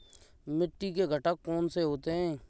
मिट्टी के घटक कौन से होते हैं?